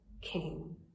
king